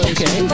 Okay